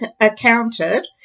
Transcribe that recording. accounted